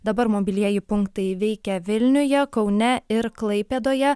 dabar mobilieji punktai veikia vilniuje kaune ir klaipėdoje